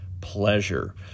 pleasure